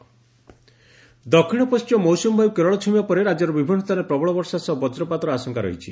ପାଣିପାଗ ଦକ୍ଷିଣ ପଣ୍କିମ ମୌସୁମୀ ବାୟୁ କେରଳ ଛଇଁବା ପରେ ରାଜ୍ୟର ବିଭିନୁ ସ୍କାନରେ ପ୍ରବଳ ବର୍ଷା ସହ ବଜ୍ରପାତର ଆଶଙ୍କା ରହିଛି